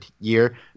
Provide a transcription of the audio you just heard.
year